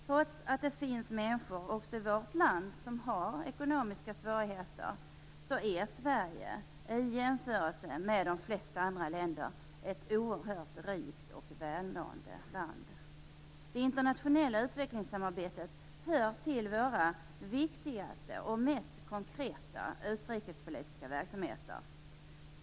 Trots att det finns människor också i vårt land som har ekonomiska svårigheter är Sverige i jämförelse med de flesta andra länder ett oerhört rikt och välmående land. Det internationella utvecklingssamarbetet hör till våra viktigaste och mest konkreta utrikespolitiska verksamheter.